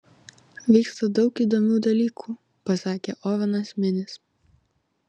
vyksta daug įdomių dalykų pasakė ovenas minis